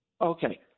Okay